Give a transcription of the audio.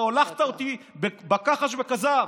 אתה הולכת אותי בכחש וכזב.